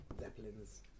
zeppelins